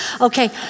Okay